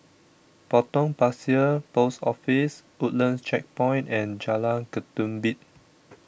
Potong Pasir Post Office Woodlands Checkpoint and Jalan Ketumbit